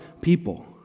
people